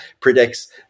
predicts